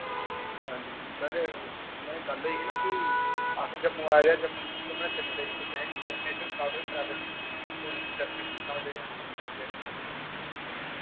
हांजी सर में गल्ल होई ही ना कि अस जम्मू आए दे आं जम्मू घुम्मने फिरने लेई कोई असें डैस्टीनेशन सनाओ थोह्ड़ी ट्रैवल टूरिस्ट डैस्टीनेशन सनाओ जेह्ड़ी अस दिक्खी सकचै